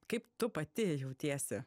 kaip tu pati jautiesi